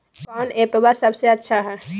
कौन एप्पबा सबसे अच्छा हय?